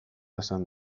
esan